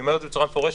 אומר בצורה מפורשת,